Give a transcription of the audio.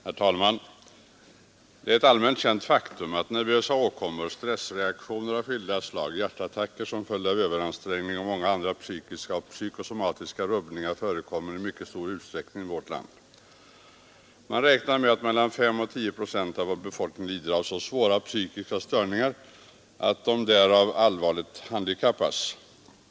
Herr talman! ”Det är ett allmänt känt faktum att nervösa åkommor, stressreaktioner av skilda slag, hjärtattacker som följd av överansträngning och många andra psykiska och psykosomatiska rubbningar förekommer i mycket stor utsträckning i vårt land. Man räknar med att mellan S och 10 ——— av vår befolkning lider av så svåra psykiska störningar, att de därav allvarligt handikappas ———.